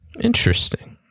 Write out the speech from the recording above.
Interesting